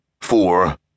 four